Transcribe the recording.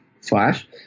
Flash